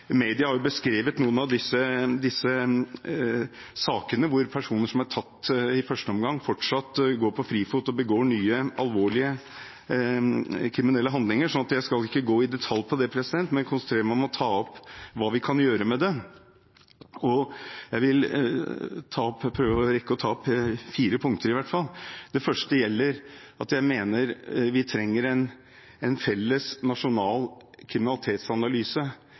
Media har beskrevet noen av disse sakene, hvor personer som er tatt i første omgang, fortsatt er på frifot og begår nye alvorlige kriminelle handlinger. Jeg skal ikke gå i detalj på det, men konsentrere meg om å ta opp hva vi kan gjøre med det. Jeg vil prøve å rekke å ta opp i hvert fall fire punkter. Det første er at jeg mener vi trenger en felles nasjonal kriminalitetsanalyse